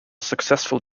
successful